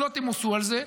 ולא תמוסו על זה,